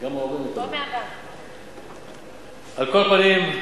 על כל פנים,